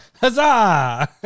huzzah